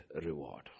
reward